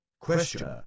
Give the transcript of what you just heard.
Question